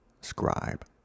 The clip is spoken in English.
scribe